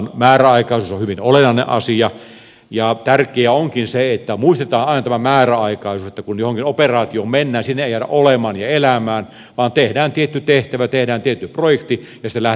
määräaikaisuus on hyvin olennainen asia ja tärkeää onkin se että muistetaan aina tämä määräaikaisuus se että kun johonkin operaatioon mennään sinne ei jäädä olemaan ja elämään vaan tehdään tietty tehtävä tehdään tietty projekti ja sitten lähdetään pois